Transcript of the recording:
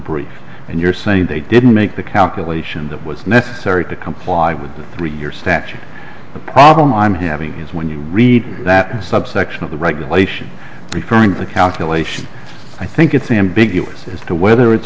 brief and you're saying they didn't make the calculation that was necessary to comply with the three your stature the problem i'm having is when you read that subsection of the regulation referring to the calculation i think it's ambiguous as to whether it's